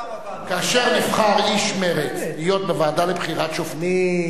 כאשר נבחר איש מרצ להיות בוועדה לבחירת שופטים,